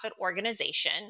organization